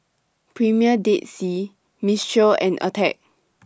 Premier Dead Sea Mistral and Attack